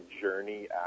journey